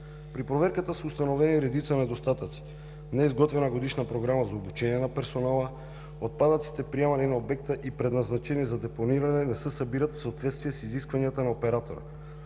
При проверката са установени редица недостатъци. Не е изготвена годишна програма за обучение на персонала. Отпадъците, приемани на обекта и предназначени за депониране, не се събират в съответствие с изискванията на оператора.